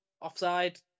offside